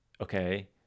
okay